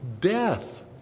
death